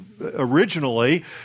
originally